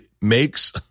makes